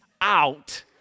out